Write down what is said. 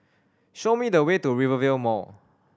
show me the way to Rivervale Mall